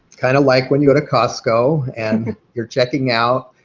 kind of like when you go to costco and you're checking out,